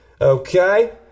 okay